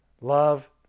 love